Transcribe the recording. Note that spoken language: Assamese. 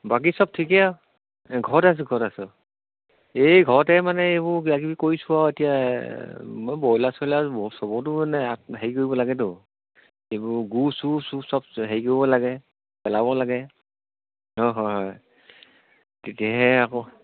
বাকী চব ঠিকেই ঘৰতে আছোঁ ঘৰতে আছোঁ এই ঘৰতে মানে এইবোৰ কিব কিবি কৰিছোঁ আৰু এতিয়া মই ব্ৰইলাৰ চইলাৰ চবতো মানে হেৰি কৰিব লাগেতো এইবোৰ গু চু চু চব হেৰি কৰিব লাগে পেলাব লাগে অঁ হয় হয় তেতিয়াহে আকৌ